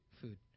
Food